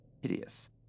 hideous